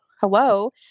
hello